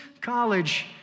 college